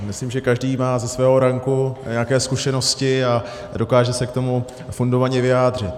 Myslím, že každý má ze svého ranku nějaké zkušenosti a dokáže se k tomu fundovaně vyjádřit.